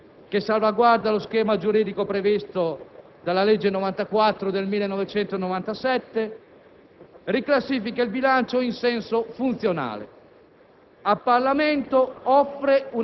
Il presente disegno di legge, che salvaguarda lo schema giuridico previsto dalla legge n. 94 del 1997, riclassifica il bilancio in senso funzionale;